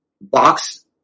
box